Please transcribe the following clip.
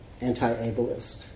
anti-ableist